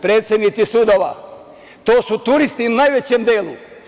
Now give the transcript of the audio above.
Predsednici sudova, to su turisti u najvećem delu.